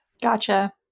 gotcha